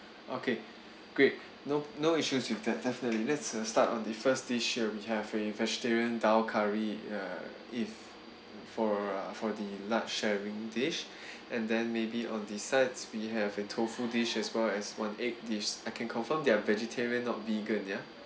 okay great no no issues with that definitely let's uh start on the first issue we have a vegetarian dhal curry uh if for uh for the large sharing dish and then maybe on the sides we have a tofu dish as well as one egg dish I can confirm they are vegetarian not vegan yeah